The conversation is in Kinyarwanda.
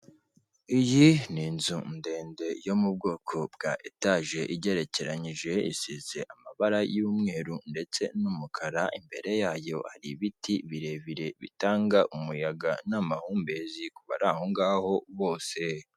Iyi ni inzu ndende yo mu bwoko bwa etage igerekeranyije, isize amabara y'umweru ndetse n'umukara imbere yayo hari ibiti birebire bitanga umuyaga n'amahumbezi kubari ahongaho bose.